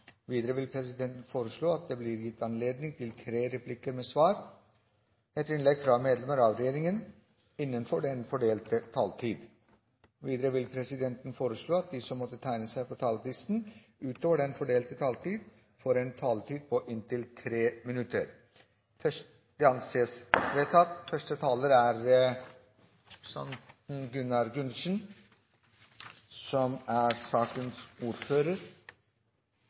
Videre vil presidenten foreslå at det blir gitt anledning til tre replikker med svar etter innlegg fra medlemmer av regjeringen innenfor den fordelte taletid. Videre vil presidenten foreslå at de som måtte tegne seg på talerlisten utover den fordelte taletid, får en taletid på inntil 3 minutter. – Det anses vedtatt. Det er åpenbart at grensehandel er en utfordring. Det gjelder både størrelsen, som